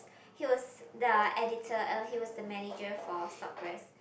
he was the editor uh he was the manager for suppress